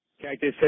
Cactus